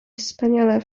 wspaniale